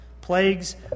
plagues